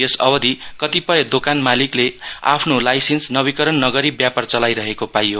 यस अवधि कतिपय दोकान मालिकले आफ्नो लाइसेन्स नवीकरण नगरी व्यापार चलाईरहेको पाइयो